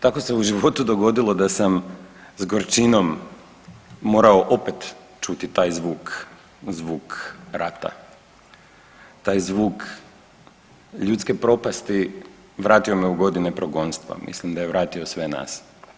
Tako se u životu dogodilo da sam s gorčinom morao opet čuti taj zvuk, zvuk rata, taj zvuk ljudske propasti vratio me u godine progonstva, mislim da je vratio sve nas.